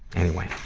anyway,